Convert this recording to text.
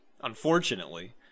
Unfortunately